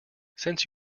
since